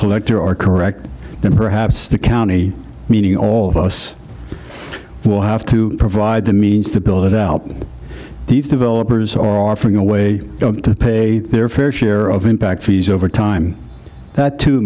collector or correct that perhaps the county meaning all of us will have to provide the means to build it out these developers are offering a way to pay their fair share of impact fees over time that too